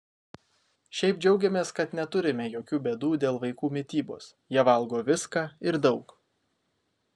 šiaip džiaugiamės kad neturime jokių bėdų dėl vaikų mitybos jie valgo viską ir daug